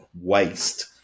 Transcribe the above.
waste